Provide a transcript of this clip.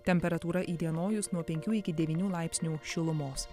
temperatūra įdienojus nuo penkių iki devynių laipsnių šilumos